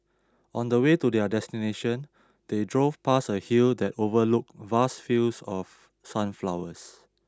on the way to their destination they drove past a hill that overlooked vast fields of sunflowers